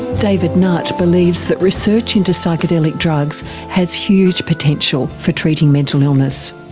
david nutt believes that research into psychedelic drugs has huge potential for treating mental illness.